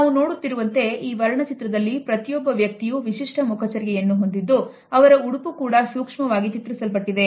ನಾವು ನೋಡುತ್ತಿರುವಂತೆ ಈ ವರ್ಣ ಚಿತ್ರದಲ್ಲಿ ಪ್ರತಿಯೊಬ್ಬ ವ್ಯಕ್ತಿಯೂ ವಿಶಿಷ್ಟ ಮುಖಚರ್ಯೆ ಯನ್ನು ಹೊಂದಿದ್ದು ಅವರ ಉಡುಪು ಕೂಡ ಸೂಕ್ಷ್ಮವಾಗಿ ಚಿತ್ರಿಸಲ್ಪಟ್ಟಿದೆ